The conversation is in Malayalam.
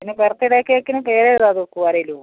പിന്നെ ബർത്ത് ഡേ കേക്കിന് പേര് എഴുതാതെ വെക്കുമോ ആരെങ്കിലും